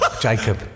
Jacob